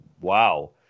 wow